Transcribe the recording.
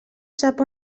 sap